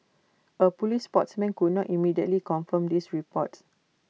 A Police spokesman could not immediately confirm these reports